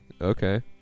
Okay